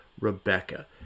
Rebecca